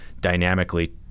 dynamically